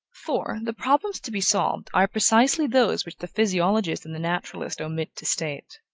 for, the problems to be solved are precisely those which the physiologist and the naturalist omit to state.